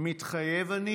"מתחייב אני"